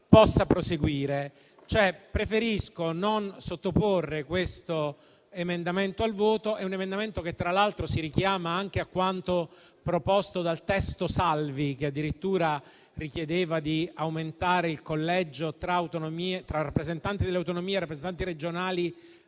della Presidente. Preferisco non sottoporre questo emendamento al voto. È un emendamento che, tra l'altro, si richiama anche a quanto proposto dal testo Salvi, che addirittura richiedeva di aumentare il collegio tra rappresentanti delle autonomie e rappresentanti regionali,